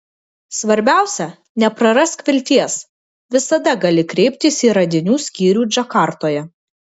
svarbiausia neprarask vilties visada gali kreiptis į radinių skyrių džakartoje